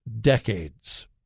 decades